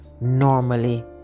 normally